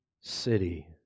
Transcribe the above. city